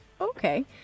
Okay